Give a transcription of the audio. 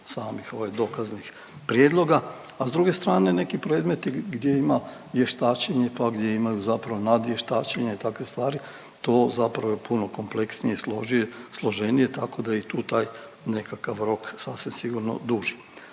samih ovaj dokaznih prijedloga, a s druge strane neki predmeti gdje ima vještačenje, pa gdje ima zapravo nadvještačenje i takve stvari, to zapravo je puno kompleksnije i složenije, tako da je i tu taj nekakav rok sasvim sigurno duži.